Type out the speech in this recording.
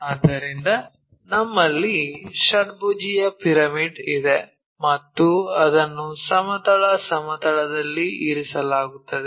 ಆದ್ದರಿಂದ ನಮ್ಮಲ್ಲಿ ಷಡ್ಭುಜೀಯ ಪಿರಮಿಡ್ ಇದೆ ಮತ್ತು ಅದನ್ನು ಸಮತಲ ಸಮತಲದಲ್ಲಿ ಇರಿಸಲಾಗುತ್ತದೆ